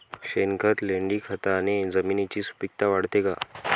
शेणखत, लेंडीखताने जमिनीची सुपिकता वाढते का?